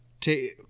take